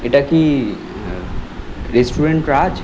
এটা কি রেস্টুরেন্ট রাজ